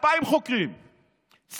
2,000 חוקרים,